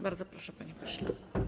Bardzo proszę, panie pośle.